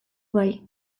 bai